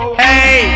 hey